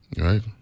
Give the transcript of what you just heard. right